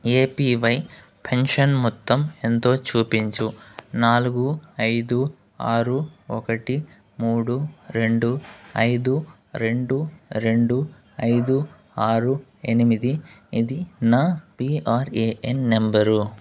APY pension మొత్తం ఎంతో చూపించు నాలుగు ఐదు ఆరు ఒకటి మూడు రెండు ఐదు రెండు రెండు ఐదు ఆరు ఎనిమిది ఇది నా పీఆర్ఏఎన్ నంబరు